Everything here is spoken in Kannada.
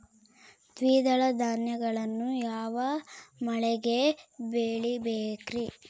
ದ್ವಿದಳ ಧಾನ್ಯಗಳನ್ನು ಯಾವ ಮಳೆಗೆ ಬೆಳಿಬೇಕ್ರಿ?